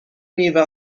میوه